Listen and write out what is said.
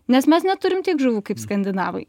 nes mes neturim tiek žuvų kaip skandinavai